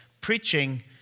preaching